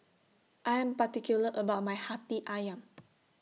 I Am particular about My Hati Ayam